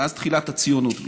מאז תחילת הציונות בכלל.